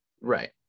Right